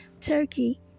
Turkey